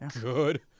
Good